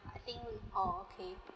I think oh okay